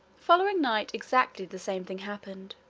following night exactly the same thing happened,